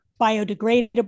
biodegradable